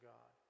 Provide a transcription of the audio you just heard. God